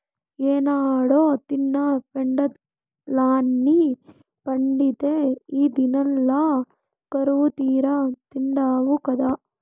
ఏనాడో తిన్న పెండలాన్ని పండిత్తే ఈ దినంల కరువుతీరా తిండావు గదా